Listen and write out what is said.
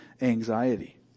anxiety